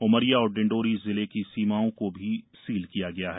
उमरिया और डिंडौरी जिले की सीमाओं को सील किया गया है